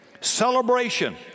celebration